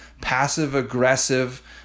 passive-aggressive